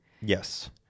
Yes